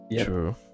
True